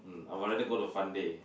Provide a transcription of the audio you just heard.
mm I would rather go to Fun Day